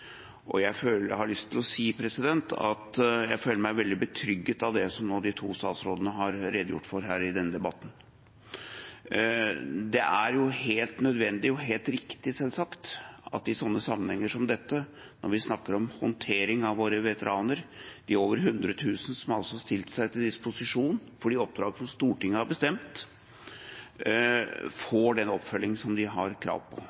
og jeg føler meg veldig betrygget av det som de to statsrådene nå har redegjort for i debatten. Det er helt nødvendig og helt riktig, selvsagt, at man i sånne sammenhenger som dette – når vi snakker om håndtering av våre over 100 000 veteraner, som har stilt seg til disposisjon for de oppdragene som Stortinget har bestemt – sørger for at de får den oppfølginga som de har krav på.